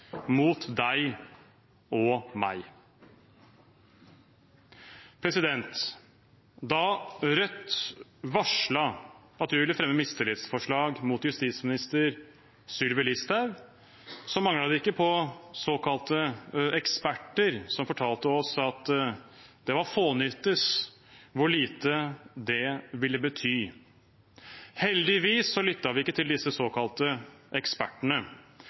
mot deg og meg. Da Rødt varslet at vi ville fremme mistillitsforslag mot justisminister Sylvi Listhaug, manglet det ikke på såkalte eksperter som fortalte oss at det var fånyttes og hvor lite det ville bety. Heldigvis lyttet vi ikke til disse såkalte ekspertene.